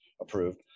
approved